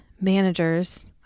managers